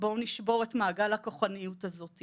בואו נשבור את מעגל הכוחניות הזו,